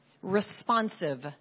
responsive